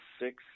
six